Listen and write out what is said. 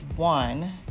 One